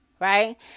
Right